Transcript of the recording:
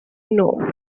know